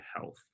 health